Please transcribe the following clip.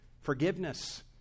forgiveness